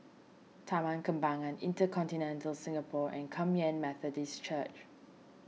Taman Kembangan Intercontinental Singapore and Kum Yan Methodist Church